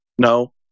No